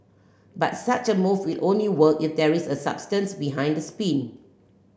but such a move will only work if there is substance behind the spin